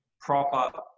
proper